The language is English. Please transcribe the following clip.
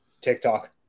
TikTok